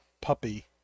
puppy